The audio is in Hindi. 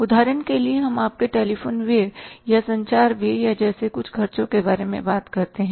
उदाहरण के लिए हम आपके टेलीफ़ोन व्यय या संचार व्यय जैसे कुछ ख़र्चों के बारे में बात करते हैं